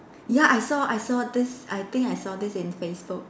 ya I saw I saw this I think I saw this in Facebook